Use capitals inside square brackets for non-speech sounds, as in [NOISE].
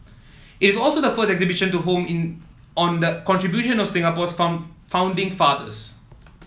it's also the first such exhibition to home in on the contribution of Singapore's [UNINTELLIGIBLE] founding fathers